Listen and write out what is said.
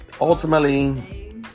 ultimately